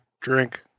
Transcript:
drink